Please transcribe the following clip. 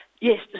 Yes